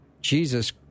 Jesus